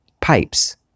pipes